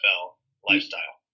lifestyle